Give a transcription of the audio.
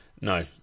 No